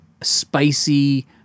spicy